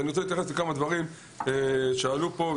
אני רוצה להתייחס לכמה דברים שעלו פה.